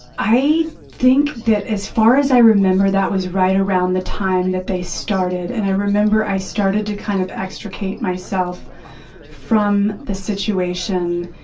i think that as far as i remember, that was right around the time that they started. and i remember i started to kind of extricate myself from the situation.